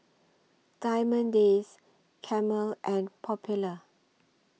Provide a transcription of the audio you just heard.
Diamond Days Camel and Popular